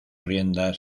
riendas